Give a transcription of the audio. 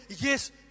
yes